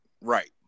right